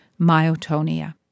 myotonia